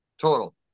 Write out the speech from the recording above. total